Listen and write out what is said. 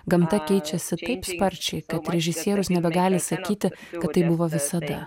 gamta keičiasi taip sparčiai kad režisierius nebegali sakyti kad taip buvo visada